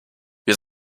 wir